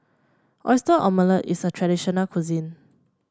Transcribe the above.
Oyster Omelette is a traditional cuisine